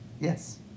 yes